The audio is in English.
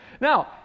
Now